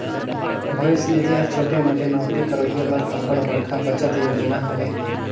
भविस निधि हर छोटे मोटे नउकरी करोइया बर अब्बड़ बड़खा बचत योजना हवे